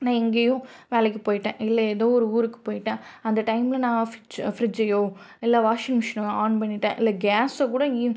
நான் எங்கேயோ வேலைக்கு போய்விட்டேன் இல்லை ஏதோ ஒரு ஊருக்கு போய்விட்டேன் அந்த டைம்ல நான் ஃப்ரிட்ஜ் ஃப்ரிட்ஜையோ இல்லை வாஷிங் மிஷினோ ஆன் பண்ணிட்டேன் இல்லை கேஸக்கூட இ